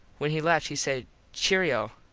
when he left he said cheero.